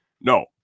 no